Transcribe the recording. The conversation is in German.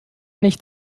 nicht